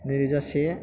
नैरोजा से